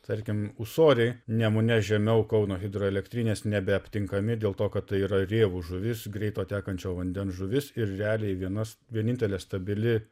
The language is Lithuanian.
tarkim ūsoriai nemune žemiau kauno hidroelektrinės nebeaptinkami dėl to kad tai yra rėvų žuvis greito tekančio vandens žuvis ir realiai vienas vienintelė stabili